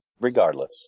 regardless